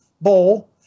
bowl